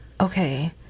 Okay